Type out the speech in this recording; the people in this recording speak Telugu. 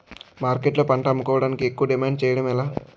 మార్కెట్లో పంట అమ్ముకోడానికి ఎక్కువ డిమాండ్ చేయడం ఎలా?